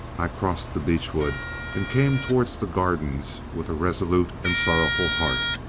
i crossed the beech wood and came towards the gardens with a resolute and sorrowful heart.